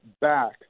back